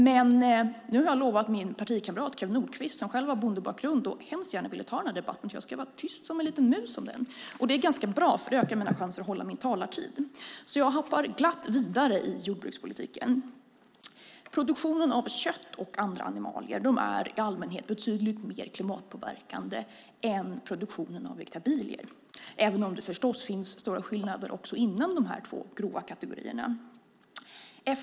Men nu har jag lovat min partikamrat Kew Nordqvist, som själv har bondebakgrund och gärna ville ta denna debatt, att vara tyst som en liten mus om den. Det är ganska bra eftersom det ökar mina chanser att hålla min talartid. Jag hoppar därför glatt vidare i jordbrukspolitiken. Produktionen av kött och andra animalier är i allmänhet betydligt mer klimatpåverkande än produktionen av vegetabilier, även om det förstås finns stora skillnader också inom dessa två grova kategorier.